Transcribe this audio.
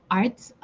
arts